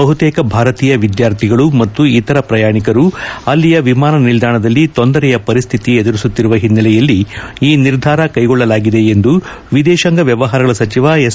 ಬಹುತೇಕ ಭಾರತೀಯ ವಿದ್ಯಾರ್ಥಿಗಳು ಮತ್ತು ಇತರ ಪ್ರಯಾಣಿಕರು ಅಲ್ಲಿಯ ವಿಮಾನ ನಿಲ್ಲಾಣದಲ್ಲಿ ತೊಂದರೆಯ ಪರಿಸ್ಥಿತಿ ಎದುರಿಸುತ್ತಿರುವ ಹಿನ್ನೆಲೆಯಲ್ಲಿ ಈ ನಿರ್ಧಾರ ಕೈಗೊಳ್ಳಲಾಗಿದೆ ಎಂದು ವಿದೇಶಾಂಗ ವ್ಯವಹಾರಗಳ ಸಚಿವ ಎಸ್